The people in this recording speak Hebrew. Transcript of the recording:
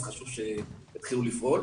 אז חשוב שיתחילו לפעול.